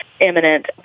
imminent